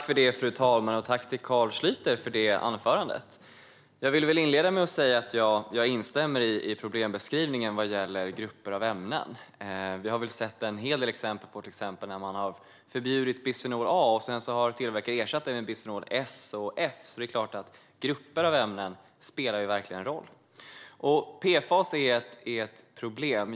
Fru talman! Tack för anförandet, Carl Schlyter! Jag vill inleda med att säga att jag instämmer i problembeskrivningen vad gäller grupper av ämnen. Vi har sett en hel del exempel där man har förbjudit bisfenol A och där tillverkare sedan har ersatt det med bisfenol S eller F. Det är klart att grupper av ämnen verkligen spelar roll. PFAS är ett problem.